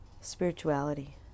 Spirituality